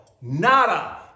Nada